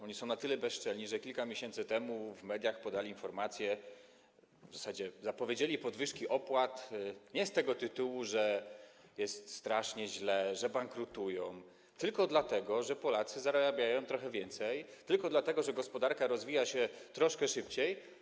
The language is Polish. Oni są na tyle bezczelni, że kilka miesięcy temu w mediach podali informację, w zasadzie zapowiedzieli podwyżki opłat nie z tego tytułu, że jest strasznie źle, że bankrutują, tylko dlatego, że Polacy zarabiają trochę więcej, że gospodarka rozwija się troszkę szybciej.